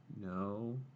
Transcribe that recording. No